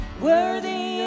worthy